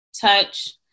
touch